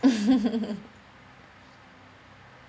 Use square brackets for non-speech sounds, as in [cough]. [laughs]